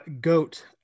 Goat